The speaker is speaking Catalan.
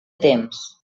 temps